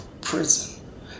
prison